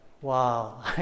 Wow